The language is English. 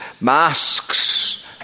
masks